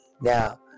Now